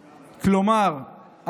כלומר,